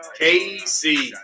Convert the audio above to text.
KC